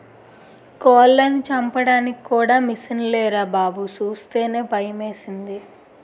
కోళ్లను చంపడానికి కూడా మిసన్లేరా బాబూ సూస్తేనే భయమేసింది